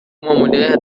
mulher